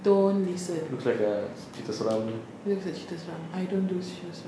don't listen looks like cerita seram I don't do cerita seram